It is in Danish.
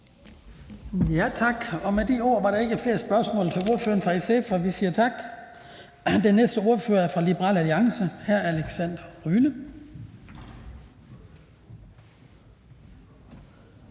Tak. Med de ord var der ikke flere spørgsmål til ordføreren fra SF, og vi siger tak. Den næste ordfører er hr. Alexander Ryle